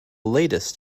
latest